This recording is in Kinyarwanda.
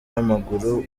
w’amaguru